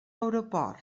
aeroport